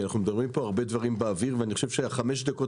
אנחנו מדברים פה הרבה דברים באוויר ואני חושב שחמש דקות